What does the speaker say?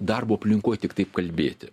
darbo aplinkoj tik taip kalbėti